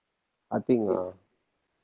I think uh